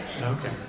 Okay